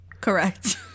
Correct